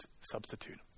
substitute